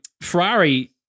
Ferrari